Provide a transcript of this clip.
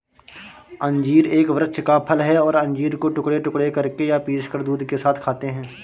अंजीर एक वृक्ष का फल है और अंजीर को टुकड़े टुकड़े करके या पीसकर दूध के साथ खाते हैं